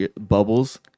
bubbles